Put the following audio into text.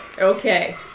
Okay